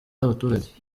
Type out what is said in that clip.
abaturage